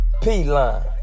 P-Line